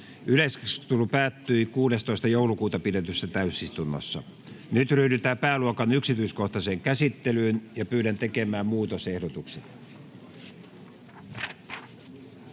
Yleiskeskustelu päättyi 16.12.2022 pidetyssä täysistunnossa. Nyt ryhdytään pääluokan yksityiskohtaiseen käsittelyyn. [Speech 11] Speaker: